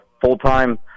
full-time